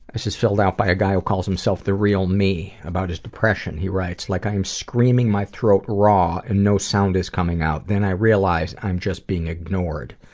this is filled out by a guy who calls himself the real me, about his depression he writes, like i am screaming my throat raw and no sound is coming out, then i realize, i'm just being ignored.